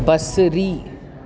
बसरी